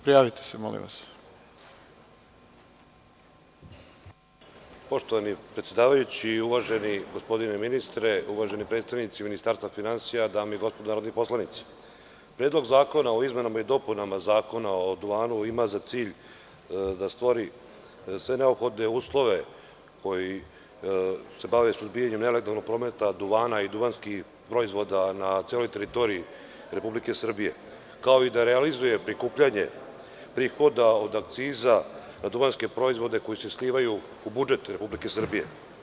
Poštovani predsedavajući, uvaženi gospodine ministre, uvaženi predstavnici Ministarstva finansija, dame i gospodo narodni poslanici, Predlog zakona o izmenama i dopunama Zakona o duvanu ima za cilj da stvori sve neophodne uslove koji se bave suzbijanjem nelegalnog prometa duvana i duvanskih proizvoda na celoj teritoriji Republike Srbije, kao i da realizuje prikupljanje prihoda od akciza na duvanske proizvode koji se slivaju u budžet Republike Srbije.